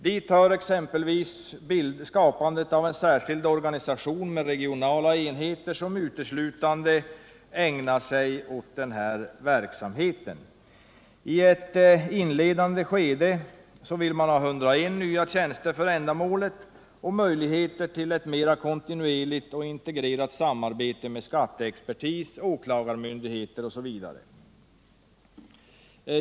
Dit hör exempelvis skapandet av en särskild organisation med regionala enheter, som uteslutande ägnar sig åt denna verksamhet. I ett inledande skede vill man ha 101 nya tjänster för ändamålet och möjligheter till ett mera kontinuerligt och integrerat samarbete med skatteexpertis, åklagarmyndigheter osv.